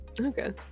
Okay